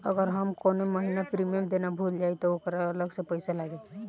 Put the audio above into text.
अगर हम कौने महीने प्रीमियम देना भूल जाई त ओकर अलग से पईसा लागी?